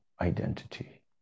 identity